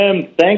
Thank